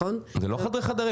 זה לא חדרי חדרים.